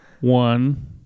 One